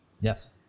yes